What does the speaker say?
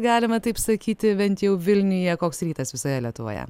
galime taip sakyti bent jau vilniuje koks rytas visoje lietuvoje